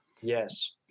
Yes